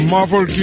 Marvel